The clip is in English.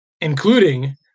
including